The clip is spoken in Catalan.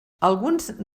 alguns